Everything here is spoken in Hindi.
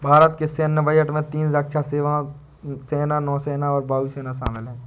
भारत के सैन्य बजट में तीन रक्षा सेवाओं, सेना, नौसेना और वायु सेना शामिल है